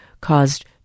caused